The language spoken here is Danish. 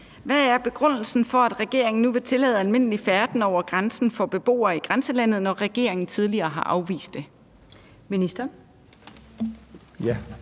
Hvad er begrundelsen for, at regeringen nu vil tillade almindelig færden over grænsen for beboere i grænselandet, når regeringen tidligere har afvist det? Kl.